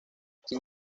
sin